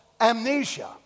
amnesia